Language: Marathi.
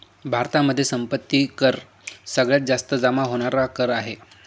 भारतामध्ये संपत्ती कर सगळ्यात जास्त जमा होणार कर आहे